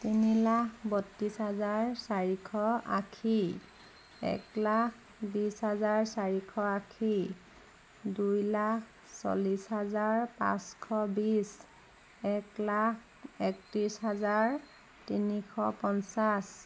তিনি লাখ বত্ৰিছ হাজাৰ চাৰিশ আশী এক লাখ বিছ হাজাৰ চাৰিশ আশী দুই লাখ চল্লিছ হাজাৰ পাঁচশ বিছ এক লাখ একত্ৰিছ হাজাৰ তিনিশ পঞ্চাছ